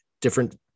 different